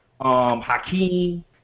Hakeem